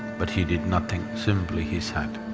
but he did nothing, simply he sat,